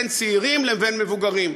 בין צעירים לבין מבוגרים,